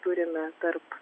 turime tarp